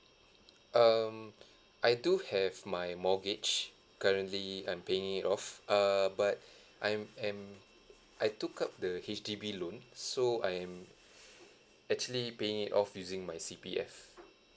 um I do have my mortgage currently I'm paying it off err but I'm am I took up the H_D_B loan so I'm actually paying it off using my C_P_F